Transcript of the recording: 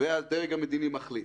והדרג המדיני מחליט.